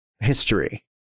history